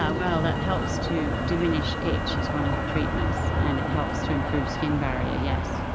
ah well, that helps to diminish itch, it's one of the treatments, and it helps to improve skin barrier, yes.